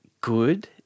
good